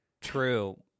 true